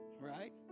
Right